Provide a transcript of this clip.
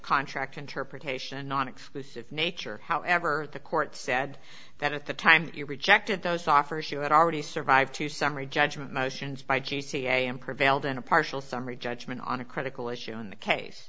contract interpretation non exclusive nature however the court said that at the time you rejected those offers you had already survived to summary judgment motions by case am prevailed in a partial summary judgment on a critical issue in the case